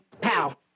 pow